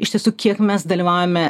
iš tiesų kiek mes dalyvaujame